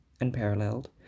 unparalleled